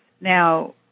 Now